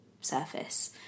surface